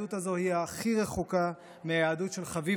היהדות הזו היא הכי רחוקה מהיהדות של "חביב